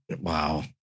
wow